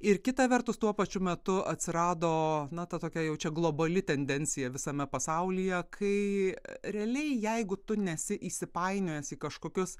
ir kita vertus tuo pačiu metu atsirado na ta tokia jau čia globali tendencija visame pasaulyje kai realiai jeigu tu nesi įsipainiojęs į kažkokius